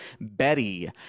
Betty